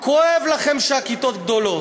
כואב לכם שהכיתות גדולות.